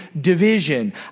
division